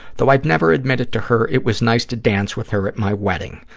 though i'd never admit it to her, it was nice to dance with her at my wedding.